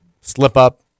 slip-up